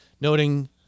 noting